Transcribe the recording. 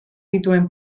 dituen